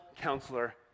counselor